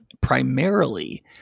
primarily